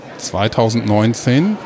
2019